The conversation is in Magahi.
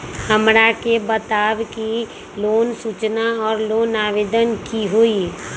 हमरा के बताव कि लोन सूचना और लोन आवेदन की होई?